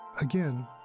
Again